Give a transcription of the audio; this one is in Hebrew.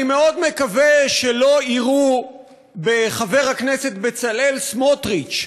אני מאוד מקווה שלא יירו בחבר הכנסת בצלאל סמוטריץ,